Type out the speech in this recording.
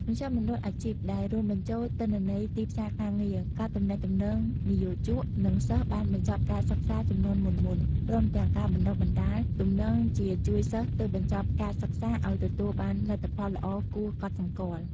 មជ្ឈមណ្ឌលអាជីពដែលរួមបញ្ចូលទិន្នន័យទីផ្សារការងារ ការទំនាក់ទំនងនិយោជក និងសិស្សបានបញ្ចប់ការសិក្សាជំនាន់មុនៗ ព្រមទាំងការបណ្តុះបណ្តាល ទំនងជាជួយសិស្សទើបបញ្ចប់ការសិក្សាឱ្យទទួលបានលទ្ធផលល្អគួរកត់សម្គាល់។